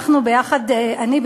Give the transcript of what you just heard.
אני,